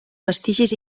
vestigis